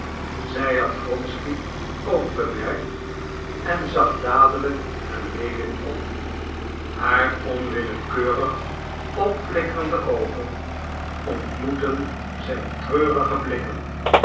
zij had wronsky ook bemerkt en zag dadelijk naar lewin om haar onwillekeurig opflikkerende oogen ontmoetten zijn treurige blikken